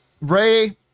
Ray